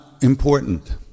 important